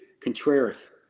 Contreras